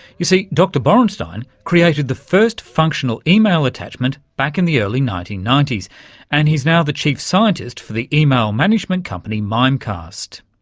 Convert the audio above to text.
you see, dr borenstein created the first functional email attachment back in the early nineteen ninety s and he's now the chief scientist for the email management company mimecast.